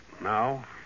now